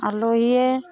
আলহীয়ে